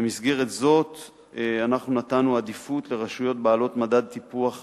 במסגרת זו אנחנו נתנו עדיפות לרשויות בעלות מדד טיפוח נמוך,